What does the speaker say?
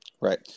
Right